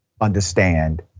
understand